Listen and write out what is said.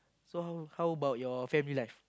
so how how about your family life